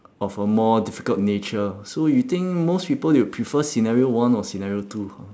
of a more difficult nature so you think most people they would prefer scenario one or scenario two ha